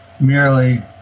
merely